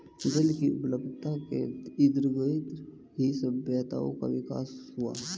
जल की उपलब्धता के इर्दगिर्द ही सभ्यताओं का विकास हुआ